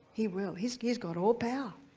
he will, he's he's got all power.